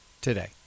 today